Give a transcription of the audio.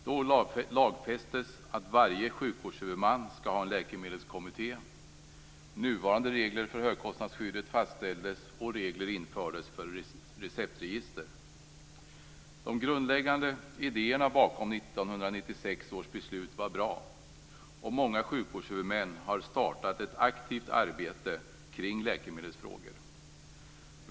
Då lagfästes att varje sjukvårdshuvudman skall ha en läkemedelskommitté, nuvarande regler för högkostnadsskyddet fastställdes och regler infördes för receptregister. De grundläggande idéerna bakom 1996 års beslut var bra. Många sjukvårdshuvudmän har startat ett aktivt arbete kring läkemedelsfrågor.